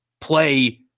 play